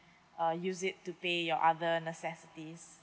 uh use it to pay your other necessities